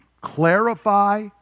clarify